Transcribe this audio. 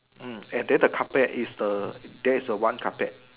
hmm and then the carpet is the there is a one carpet